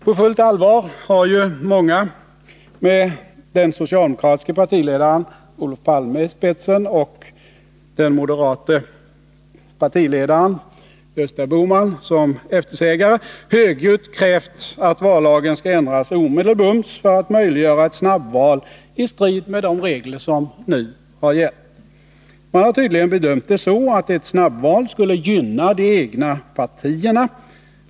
På fullt allvar har ju många, med den socialdemokratiske partiledaren Olof Palme i spetsen och den moderate partiledaren Gösta Bohman som eftersägare, högljutt krävt att vallagen skall ändras omedelbart för att möjliggöra ett snabbval i strid med de regler som nu gäller. Man har tydligen bedömt det så att ett snabbval skulle gynna de egna partierna.